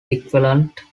equivalent